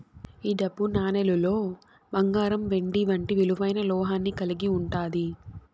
ఈ డబ్బు నాణేలులో బంగారం వెండి వంటి విలువైన లోహాన్ని కలిగి ఉంటాది